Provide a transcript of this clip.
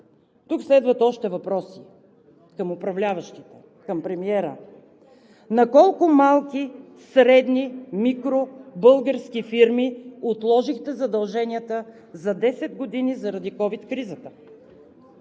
Тук следват още въпроси към управляващите, към премиера: на колко малки, средни, микро- български фирми отложихте задълженията за десет години заради овид кризата?